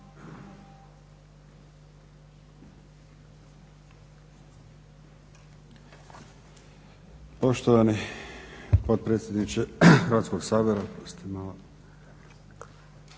gospodine potpredsjedniče Hrvatskog sabora.